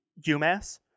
UMass